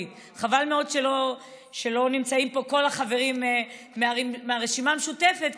חבל מאוד שלא נמצאים כל החברים מהרשימה המשותפת,